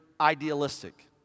idealistic